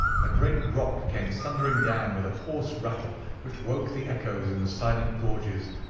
a great rock came thundering down with a hoarse rattle which woke the echoes in the silent gorges,